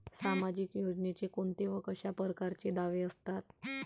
सामाजिक योजनेचे कोंते व कशा परकारचे दावे असतात?